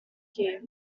here